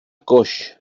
coix